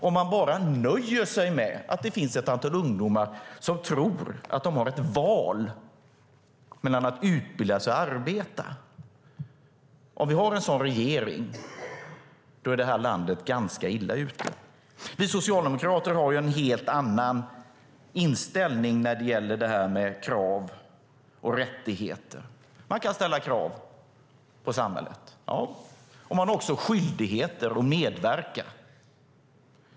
Om vi har en regering som nöjer sig med att det finns ett antal ungdomar som tror att de har ett val mellan att utbilda sig och att arbeta är det här landet ganska illa ute. Vi socialdemokrater har en helt annan inställning när det gäller det här med krav och rättigheter. Man kan ställa krav på samhället. Man har också skyldighet att medverka.